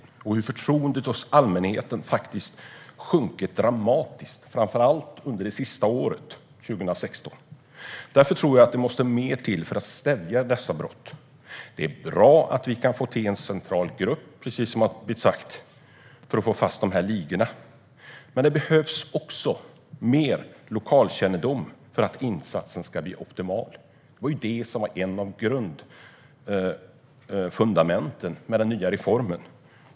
Allmänhetens förtroende för polisen har sjunkit dramatiskt, framför allt under 2016. Därför tror jag att det måste mer till för att stävja dessa brott. Det är bra att vi kan få till en central grupp för att få fast dessa ligor, precis som har sagts, men det behövs också mer lokalkännedom för att insatsen ska bli optimal. Det var ett av grundfundamenten med den nya reformen.